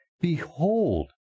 Behold